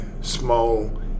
small